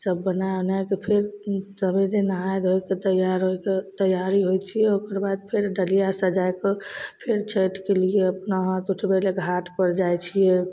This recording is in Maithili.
सब बनै उनैके फेर ई सबेरे नहा धोइके तैआर होइके तैआरी होइ छिए ओहिकेबाद फेर डलिआ सजैके फेर छठि केलिए अपना हाथ उठबैले घाटपर जाइ छिए